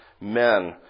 men